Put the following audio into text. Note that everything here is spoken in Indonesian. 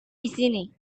disini